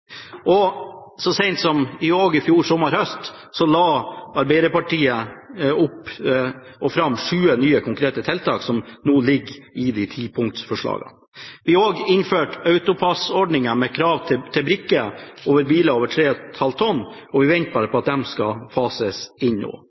Så sent som i fjor sommer–høst la Arbeiderpartiet fram sju nye, konkrete tiltak som nå ligger i tipunktsforslagene. Vi innførte også AutoPASS-ordninger med krav til brikke for biler som veier mer enn 3,5 tonn, og vi venter bare på at de skal fases inn.